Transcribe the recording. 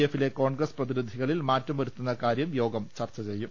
എഫിലെ കോൺഗ്രസ് പ്രതിനിധികളിൽ മാറ്റം വരുത്തുന്നകാര്യം യോഗം ചർച്ചചെയ്യും